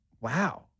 wow